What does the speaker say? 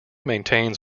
maintains